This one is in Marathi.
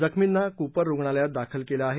जखर्मींना कूपर रुग्णालयात दाखल केलं आहे